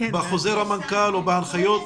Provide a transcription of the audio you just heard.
בחוזר המנכ"ל או בהנחיות?